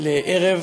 לערב